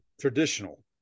traditional